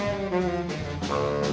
and so